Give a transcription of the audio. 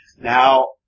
Now